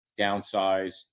downsize